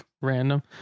random